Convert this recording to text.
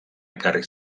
ekarri